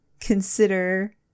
consider